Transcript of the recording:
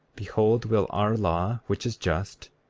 behold will our law, which is just,